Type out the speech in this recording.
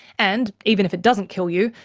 and even if it doesn't kill you,